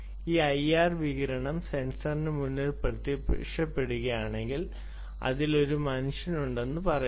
ഈ ഐആർ വികിരണം സെൻസറിന് മുന്നിൽ പ്രത്യക്ഷപ്പെടുകയാണെങ്കിൽ അതിൽ ഒരു മനുഷ്യനുണ്ടെന്ന് പറയുന്നു